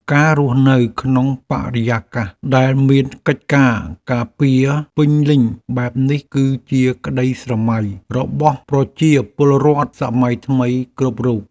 ការរស់នៅក្នុងបរិយាកាសដែលមានកិច្ចការពារពេញលេញបែបនេះគឺជាក្តីស្រមៃរបស់ប្រជាពលរដ្ឋសម័យថ្មីគ្រប់រូប។